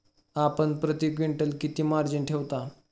आपण प्रती क्विंटल किती मार्जिन ठेवता?